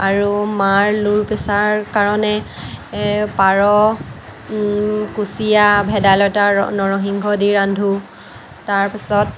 আৰু মাৰ low pressure কাৰণে পাৰ কুঁচিয়া ভেদাইলতা নৰসিংহ দি ৰান্ধোঁ তাৰ পিছত